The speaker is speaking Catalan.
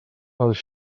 els